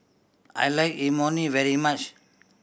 I like Imoni very much